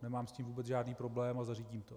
Nemám s tím vůbec žádný problém a zařídím to.